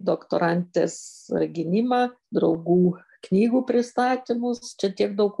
doktorantės gynimą draugų knygų pristatymus čia tiek daug